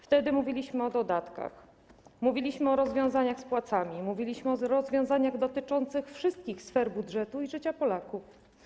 Wtedy mówiliśmy o dodatkach, mówiliśmy o rozwiązaniach z płacami, mówiliśmy o rozwiązaniach dotyczących wszystkich sfer budżetu i życia Polaków.